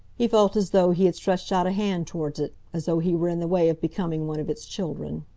he felt as though he had stretched out a hand towards it, as though he were in the way of becoming one of its children.